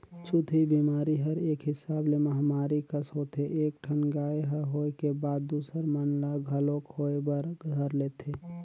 छूतही बेमारी हर एक हिसाब ले महामारी कस होथे एक ठन गाय ल होय के बाद दूसर मन ल घलोक होय बर धर लेथे